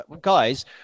guys